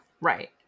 Right